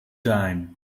dime